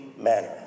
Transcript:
manner